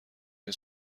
این